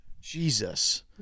Jesus